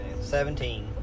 seventeen